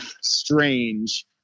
strange